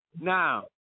Now